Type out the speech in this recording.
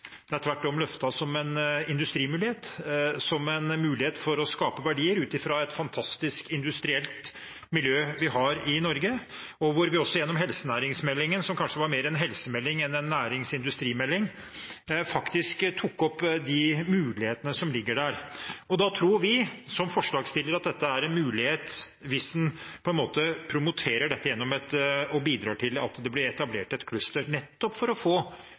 Det er tvert om løftet som en industrimulighet, som en mulighet for å skape verdier ut fra et fantastisk industrielt miljø vi har i Norge, og der vi også gjennom helsenæringsmeldingen, som kanskje var mer en helsemelding enn en nærings- og industrimelding, faktisk tok opp de mulighetene som ligger der. Da tror vi som forslagsstillere at dette er en mulighet hvis en promoterer dette og bidrar til at det blir etablert et cluster, nettopp for å få